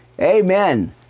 Amen